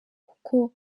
kuko